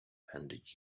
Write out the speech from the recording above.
and